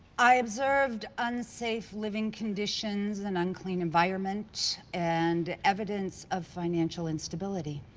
i observed unsafe living conditions, an unclean environment, and evidence of financial instability.